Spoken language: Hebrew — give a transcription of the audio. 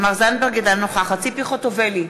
אינה נוכחת ציפי חוטובלי,